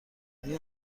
آیا